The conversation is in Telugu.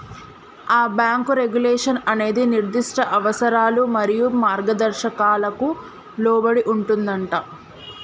ఆ బాంకు రెగ్యులేషన్ అనేది నిర్దిష్ట అవసరాలు మరియు మార్గదర్శకాలకు లోబడి ఉంటుందంటా